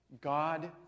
God